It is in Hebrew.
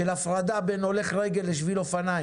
של הפרדה בין הולך רגל לשביל אופניים.